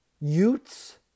Utes